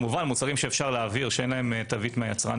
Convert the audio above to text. כמובן מוצרים שאפשר להביא או שאין להם תווית מהיצרן,